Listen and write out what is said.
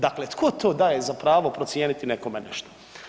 Dakle, tko to daje za pravo procijeniti nekome nešto?